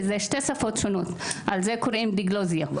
שזה שתי שפות שונות לזה קוראים דיגלוסיה.